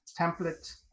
template